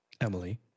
Emily